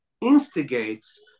instigates